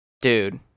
Dude